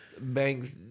Banks